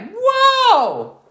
Whoa